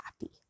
happy